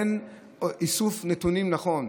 אין איסוף נתונים נכון.